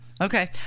Okay